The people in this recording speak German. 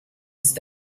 ist